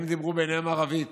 הם דיברו ביניהם ערבית.